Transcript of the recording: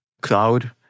cloud